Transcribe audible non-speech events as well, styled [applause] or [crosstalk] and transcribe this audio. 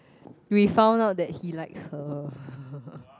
we found out that he likes her [laughs]